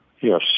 Yes